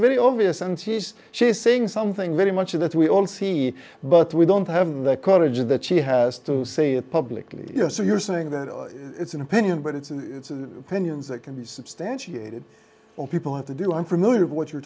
very obvious and she's she's saying something very much of that we all see but we don't have the courage that she has to say it publicly you know so you're saying that it's an opinion but it's an opinions that can be substantiated or people have to do i'm familiar of what you're